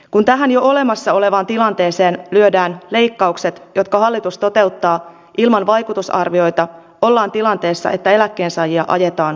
kun tähän jo olemassa olevaan tilanteeseen lyödään leikkaukset jotka hallitus toteuttaa ilman vaikutusarvioita ollaan tilanteessa että eläkkeensaajia ajetaan toimeentulotukiluukuille